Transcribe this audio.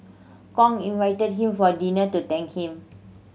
Kong invited him for dinner to thank him